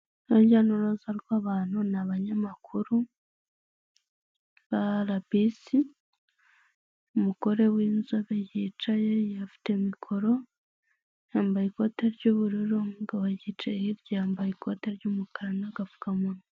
Urujya n'uruza rw'abantu ni abanyamakuru ba arabisi, umugore w'inzobe yicaye, afite mikoro yambaye ikote ry'ubururu, umugabo yicaye hirya yambaye ikote ry'umukara n'agapfukamunwa.